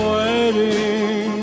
waiting